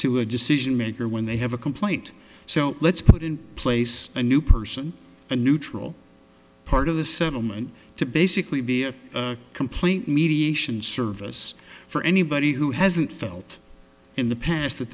to a decision maker when they have a complaint so let's put in place a new person a neutral part of the settlement to basically be a complete mediation service for anybody who hasn't felt in the past that